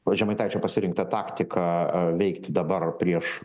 po žemaitaičio pasirinktą taktiką veikti dabar prieš